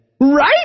Right